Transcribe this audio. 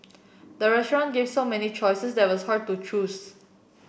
the restaurant gave so many choices that was hard to choose